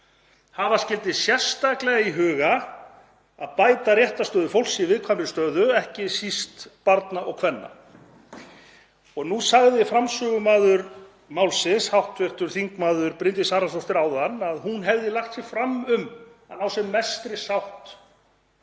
Hafa skyldi sérstaklega í huga að bæta réttarstöðu fólks í viðkvæmri stöðu, ekki síst barna og kvenna. Nú sagði framsögumaður málsins áðan, hv. þm. Bryndís Haraldsdóttir, að hún hefði lagt sig fram um að ná sem mestri sátt